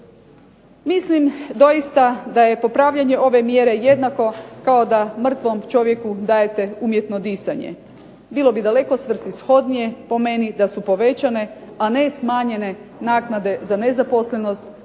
Mislim doista da je popravljanje ove mjere jednako kao da mrtvom čovjeku dajete umjetno disanje. Bilo bi daleko svrsishodnije po meni da su povećane, a ne smanjene naknade za nezaposlenost